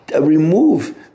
remove